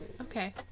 Okay